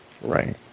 right